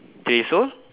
three years old